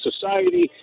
society